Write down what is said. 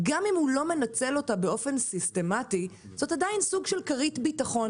כל השאר מסתובב סביבן, בשמות ומותגים, בפטנטים.